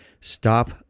stop